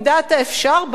בקרת נזקים.